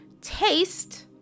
taste